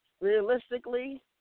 realistically